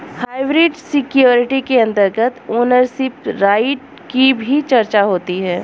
hybrid security के अंतर्गत ownership right की भी चर्चा होती है